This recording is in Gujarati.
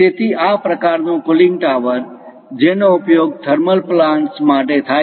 તેથી આ એક પ્રકારનો કૂલિંગ ટાવર છે જેનો ઉપયોગ થર્મલ પ્લાન્ટ્સ માટે થાય છે